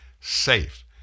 safe